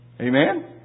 Amen